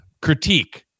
critique